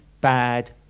bad